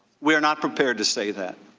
we're not prepared to say that